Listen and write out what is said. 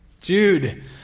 Jude